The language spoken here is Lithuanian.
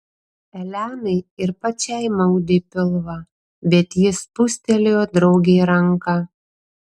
elenai ir pačiai maudė pilvą bet ji spustelėjo draugei ranką